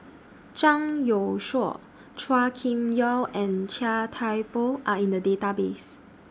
Zhang Youshuo Chua Kim Yeow and Chia Thye Poh Are in The Database